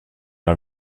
are